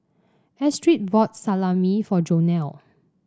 Astrid bought Salami for Jonell